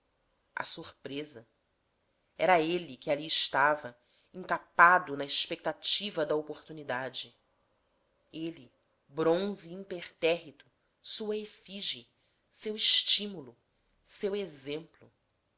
a surpresa era ele que ali estava encapado na expectativa da oportunidade ele bronze impertérrito sua efígie seu estimulo seu exemplo